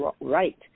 right